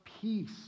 peace